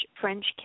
French